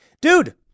Dude